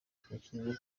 ntekereza